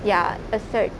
ya a certificate